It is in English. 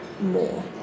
more